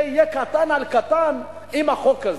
זה יהיה קטן על קטן עם החוק הזה.